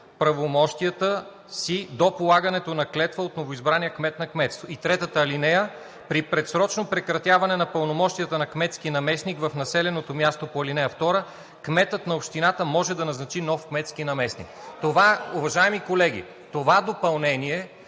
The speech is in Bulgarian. правомощията си до полагането на клетва от новоизбрания кмет на кметство. (3) При предсрочно прекратяване на пълномощията на кметски наместник в населеното място по ал. 2, кметът на общината може да назначи нов кметски наместник.“ Уважаеми колеги, това допълнение